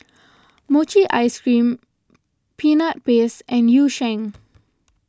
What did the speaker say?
Mochi Ice Cream Peanut Paste and Yu Sheng